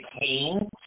Kane